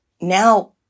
Now